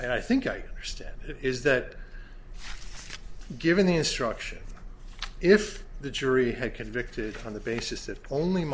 i think i understand it is that given the instruction if the jury had convicted on the basis that only